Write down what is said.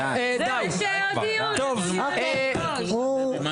טוב, דבי ביטון -- לא